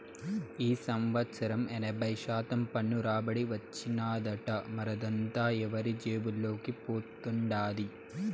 ఈ సంవత్సరం ఎనభై శాతం పన్ను రాబడి వచ్చినాదట, మరదంతా ఎవరి జేబుల్లోకి పోతండాది